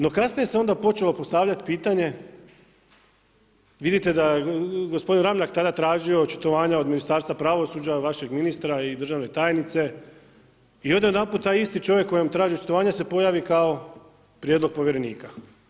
No, kasnije se onda počelo postavljati pitanje, vidite da gospodin Ramljak tada tražio očitovanja od Ministarstva pravosuđa, vašeg ministra i državne tajnice i onda odjedanput taj isti čovjek koji traži očitovanja, se pojavi kao prijedlog povjerenika.